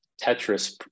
Tetris